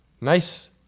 Nice